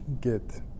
get